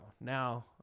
now